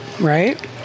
right